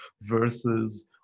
versus